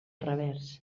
revers